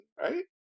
right